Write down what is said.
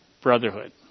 brotherhood